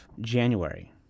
January